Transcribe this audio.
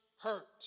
hurt